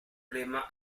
crema